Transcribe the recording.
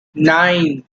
nine